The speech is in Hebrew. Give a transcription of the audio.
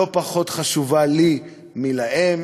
לא פחות חשובה לי מאשר להם,